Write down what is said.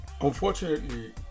unfortunately